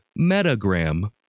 Metagram